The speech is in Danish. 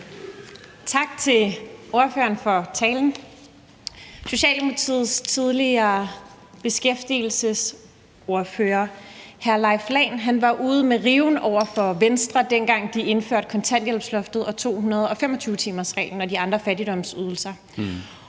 Tak til ordføreren for talen. Socialdemokratiets tidligere beskæftigelsesordfører hr. Leif Lahn Jensen var ude med riven over for Venstre, dengang de indførte kontanthjælpsloftet og 225-timersreglen og de andre fattigdomsydelser.